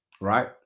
right